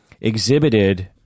exhibited